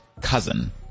cousin